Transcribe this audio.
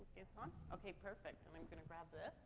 it's on? okay, perfect. and i'm gonna grab this.